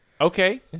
Okay